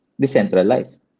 decentralized